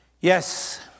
Yes